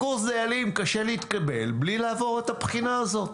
לקורס דיילים קשה להתקבל בלי לעבור את הבחינה הזאת.